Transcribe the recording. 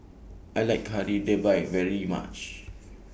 I like Kari Debal very much